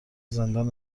زندان